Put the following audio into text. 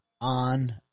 on